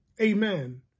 amen